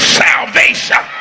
salvation